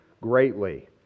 greatly